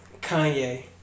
Kanye